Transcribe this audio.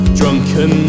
drunken